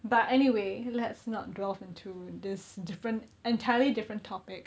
but anyway let's not delve into this different entirely different topic